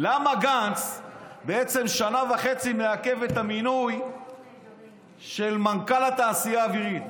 למה גנץ בעצם שנה וחצי מעכב את המינוי של מנכ"ל התעשייה האווירית,